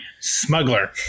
smuggler